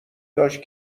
داشت